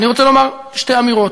אני רוצה לומר שתי אמירות.